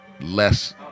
less